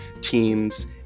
teams